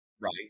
right